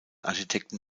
architekten